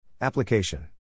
Application